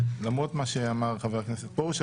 למרות מה שאמר חבר הכנסת פרוש.